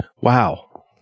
Wow